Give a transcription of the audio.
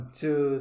two